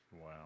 Wow